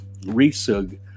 resug